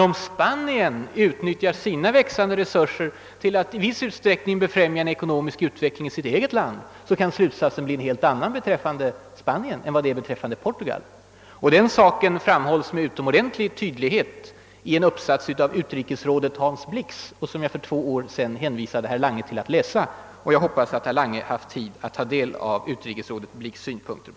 Om Spanien däremot utnyttjar sina växande resurser till att i viss utsträckning befrämja en ekonomisk utveckling i sitt eget land, kan slutsatsen bli en helt annan beträffande detta land än för Portugal. Det framhålls med utomordentlig tydlighet i en uppsats av utrikesrådet Hans Blix, som jag för två år sedan hänvisade statsrådet Lange att läsa. Jag hoppas att statsrådet Lange har haft tid att ta del av utrikesrådet Blix” synpunkter.